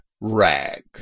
rag